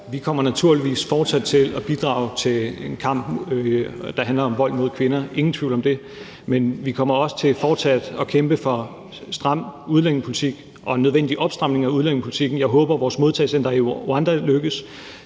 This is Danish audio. Vi kommer naturligvis fortsat til at bidrage til den kamp, der handler om vold mod kvinder – ingen tvivl om det. Men vi kommer også til fortsat at kæmpe for en stram udlændingepolitik og en nødvendig opstramning af udlændingepolitikken. Jeg håber, at vi lykkes